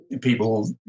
people